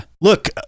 Look